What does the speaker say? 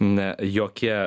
ne jokia